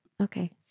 Okay